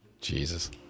Jesus